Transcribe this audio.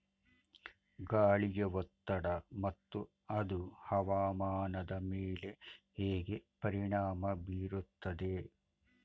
ಗಾಳಿಯ ಒತ್ತಡ ಮತ್ತು ಅದು ಹವಾಮಾನದ ಮೇಲೆ ಹೇಗೆ ಪರಿಣಾಮ ಬೀರುತ್ತದೆ?